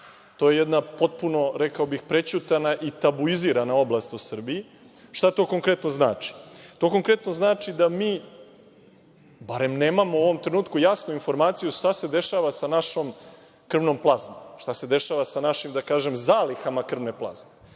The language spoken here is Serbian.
To je jedna potpuno, rekao bih, prećutana i tabuizirana oblast u Srbiji. Šta to konkretno znači? To konkretno znači da mi barem nemamo u ovom trenutku jasnu informaciju šta se dešava sa našom krvnom plazmom? Šta se dešava sa našim zalihama krvne plazme?